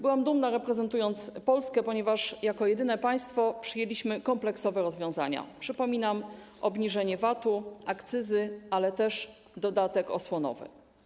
Byłam dumna, reprezentując Polskę, ponieważ jako jedyne państwo przyjęliśmy kompleksowe rozwiązania, przypominam: obniżenie VAT-u, akcyzy, ale też dodatek osłonowy.